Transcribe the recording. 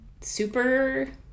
super